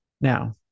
Now